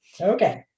Okay